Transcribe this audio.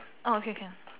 orh okay can